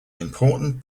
important